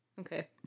Okay